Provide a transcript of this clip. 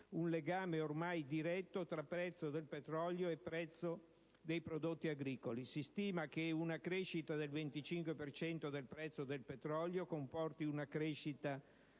un legame ormai diretto tra prezzo del petrolio e prezzo dei prodotti agricoli. Si stima che una crescita del 25 per cento del prezzo del petrolio comporti una crescita